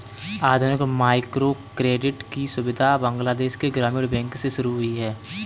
आधुनिक माइक्रोक्रेडिट की सुविधा बांग्लादेश के ग्रामीण बैंक से शुरू हुई है